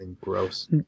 gross